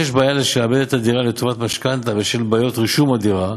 ככל שיש בעיה לשעבד את הדירה לטובת משכנתה בשל בעיות רישום הדירה,